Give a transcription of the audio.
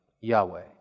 Yahweh